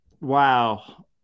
Wow